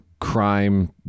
crime